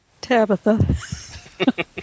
Tabitha